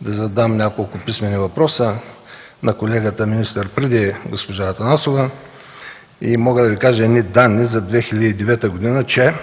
да задам няколко писмени въпроса на колегата министър преди госпожа Атанасова и мога да кажа данни за 2009 г., че